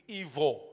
evil